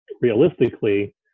realistically